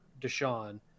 Deshaun